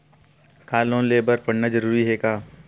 का लोन ले बर पढ़ना जरूरी हे का?